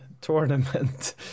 tournament